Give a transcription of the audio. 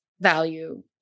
value